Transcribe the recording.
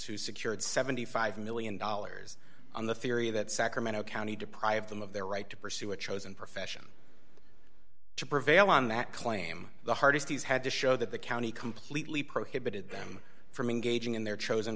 who secured seventy five million dollars on the theory that sacramento county deprive them of their right to pursue a chosen profession to prevail on that claim the hardest he's had to show that the county completely prohibited them from engaging in their chosen